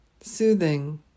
soothing